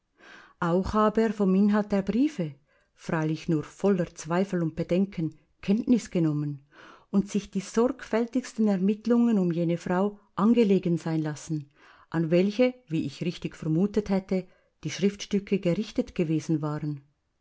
auch habe er vom inhalt der briefe freilich nur voller zweifel und bedenken kenntnis genommen und sich die sorgfältigsten ermittelungen um jene frau angelegen sein lassen an welche wie ich richtig vermutet hätte die schriftstücke gerichtet gewesen waren